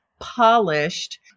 polished